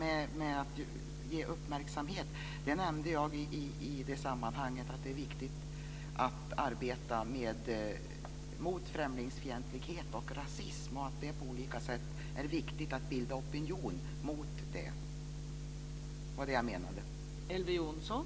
Detta med att ge uppmärksamhet nämnde jag i sammanhanget att det är viktigt att arbeta mot främlingsfientlighet och rasism och att det på olika sätt är viktigt att bilda opinion mot det. Det var vad jag menade.